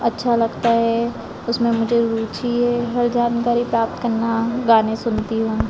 अच्छा लगता है उसमें मुझे रुचि है हर जानकारी प्राप्त करना गाने सुनती हूँ